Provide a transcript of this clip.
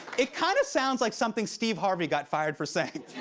it kind of sounds like something steve harvey got fired for saying.